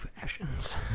fashions